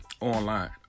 online